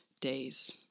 days